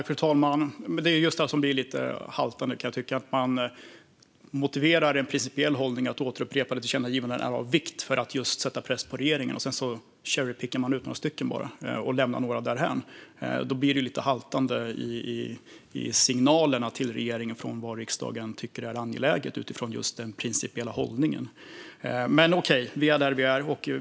Fru talman! Det är just det här som blir lite haltande, kan jag tycka. Man motiverar en principiell hållning att upprepade tillkännagivanden är av vikt för att sätta press på regeringen, och sedan "cherrypickar" man ut bara några stycken och lämnar några därhän. Då blir det lite haltande i signalerna till regeringen om vad riksdagen tycker är angeläget utifrån just den principiella hållningen. Men okej, vi är där vi är.